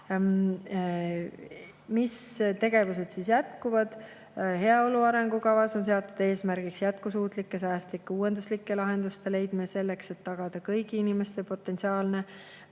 Mis tegevused jätkuvad? Heaolu arengukavas on seatud eesmärgiks jätkusuutlike, säästlike, uuenduslike lahenduste leidmine selleks, et tagada kõigi inimeste potentsiaali